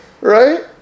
right